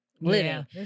living